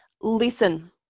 Listen